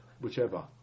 whichever